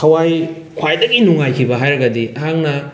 ꯊꯋꯥꯏ ꯈ꯭ꯋꯥꯏꯗꯒꯤ ꯅꯨꯡꯉꯥꯏꯈꯤꯕ ꯍꯥꯏꯔꯒꯗꯤ ꯑꯩꯍꯥꯛꯅ